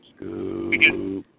Scoop